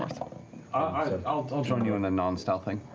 um ah and i'll i'll join you in the non-stealthing.